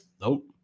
Nope